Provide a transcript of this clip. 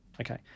Okay